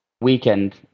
weekend